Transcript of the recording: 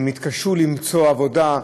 הם יתקשו למצוא עבודה.